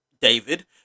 David